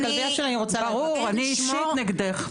ברור, אני אישית נגדך.